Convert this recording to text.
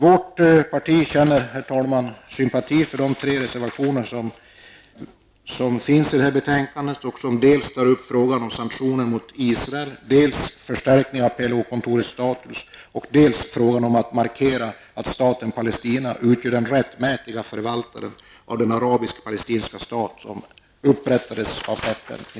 Vårt parti känner, herr talman, sympati för de tre reservationer som finns till betänkandet och som tar upp dels frågan om sanktioner mot Israel, dels frågan om en förstärkning av PLO-kontorets status, dels frågan om att markera att staten Palestina utgör den rättmätiga förvaltaren av den arabisk-palestinska stat som upprättades av FN